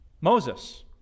Moses